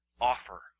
offer